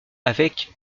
avec